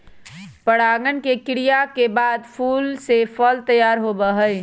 परागण के क्रिया के बाद फूल से फल तैयार होबा हई